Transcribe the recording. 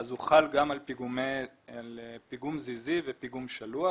הוא חל גם על פיגום זיזי ופיגום שלוח,